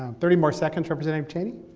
um thirty more seconds, representative cheney.